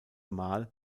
mal